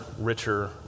richer